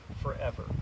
forever